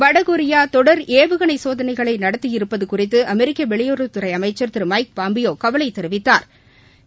வடகொரியா தொடர் ஏவுகாணை சோதனைகளை நடத்தியிருப்பது குறித்து அமெரிக்க வெளியுறவு அமைச்சர் திரு மைக் பாம்பியோ கவலை தெரிவித்தாா்